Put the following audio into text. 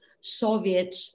Soviet